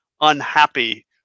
unhappy